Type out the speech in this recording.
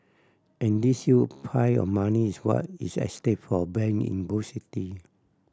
and this huge pile of money is what is at stake for bank in both city